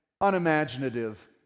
unimaginative